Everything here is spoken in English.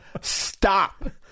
Stop